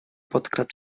podkradł